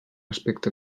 aspecte